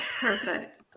perfect